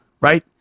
right